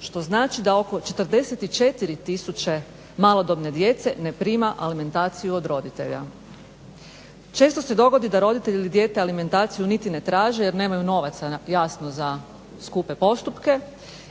što znači da oko 44000 malodobne djece ne prima alimentaciju od roditelja. Često se dogodi da roditelj ili dijete alimentaciju niti ne traži jer nemaju novaca jasno za skupe postupke